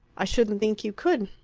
i shouldn't think you could.